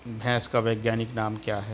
भैंस का वैज्ञानिक नाम क्या है?